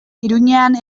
iruñean